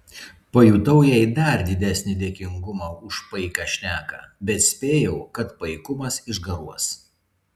pajutau jai dar didesnį dėkingumą už paiką šneką bet spėjau kad paikumas išgaruos